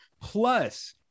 Plus